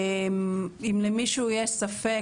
אם למישהו יש ספק,